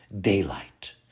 daylight